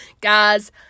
guys